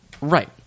Right